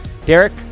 Derek